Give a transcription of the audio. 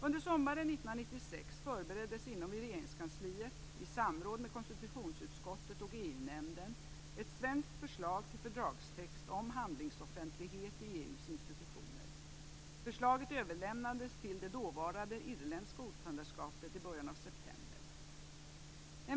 Under sommaren 1996 förbereddes inom Regeringskansliet, i samråd med konstitutionsutskottet och EU-nämnden, ett svenskt förslag till fördragstext om handlingsoffentlighet i EU:s institutioner. Förslaget överlämnades till det dåvarande irländska ordförandeskapet i början av september.